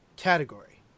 category